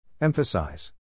Emphasize